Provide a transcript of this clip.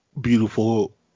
Beautiful